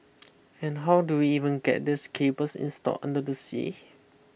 and how do we even get these cables install under the sea